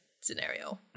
scenario